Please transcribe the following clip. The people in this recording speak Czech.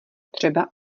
třeba